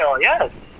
yes